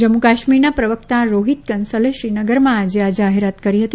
જમ્મુ કાશ્મીરના પ્રવક્તા રોહિત કંસલે શ્રીનગરમાં આજે આ જાહેરાત કરી હતી